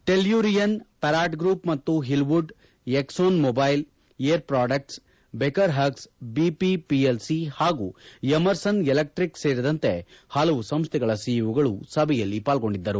Tellurian Perot group ಮತ್ತು Hillwood Exxon Mobil Air Products Baker Hughes BP PLC ಹಾಗೂ Emerson Electric ಸೇರಿದಂತೆ ಹಲವು ಸಂಸ್ಟೆಗಳ ಸಿಇಒಗಳು ಸಭೆಯಲ್ಲಿ ಪಾಲ್ಗೊಂಡಿದ್ದರು